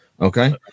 okay